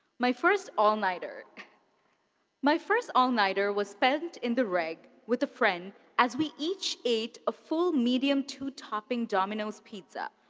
my first all nighter my first all nighter was spent in the reg with a friend as we each ate a full medium two topping domino's pizza.